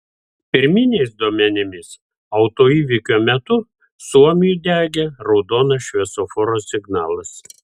pirminiais duomenimis autoįvykio metu suomiui degė raudonas šviesoforo signalas